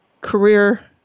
career